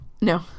No